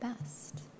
best